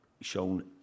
shown